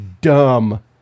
dumb